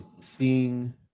Seeing